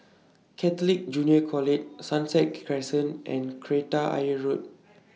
Catholic Junior College Sunset Crescent and Kreta Ayer Road